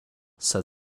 said